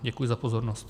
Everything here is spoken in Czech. Děkuji za pozornost.